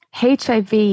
HIV